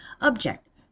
Objective